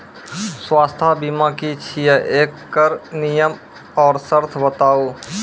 स्वास्थ्य बीमा की छियै? एकरऽ नियम आर सर्त बताऊ?